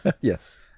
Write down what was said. Yes